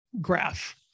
Graph